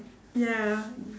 ya